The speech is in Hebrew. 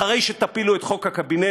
אחרי שתפילו את חוק הקבינט,